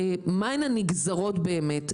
מה הן הנגזרות באמת.